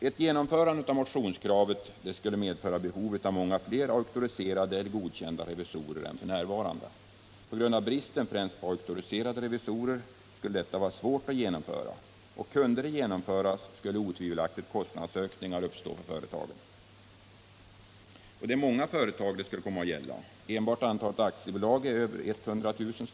Ett bifall till motionskravet skulle medföra behov av många fler auktoriserade eller godkända revisorer än f.n. På grund av bristen främst på auktoriserade revisorer skulle detta vara svårt att genomföra. Kunde det genomföras skulle otvivelaktigt kostnadsökningar uppstå för företagen. Det är många företag det skulle komma att gälla. Enbart antalet aktiebolag är över 100 000.